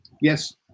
Yes